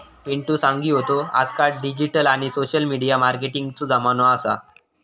पिंटु सांगी होतो आजकाल डिजिटल आणि सोशल मिडिया मार्केटिंगचो जमानो असा